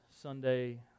Sunday